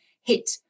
hit